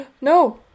No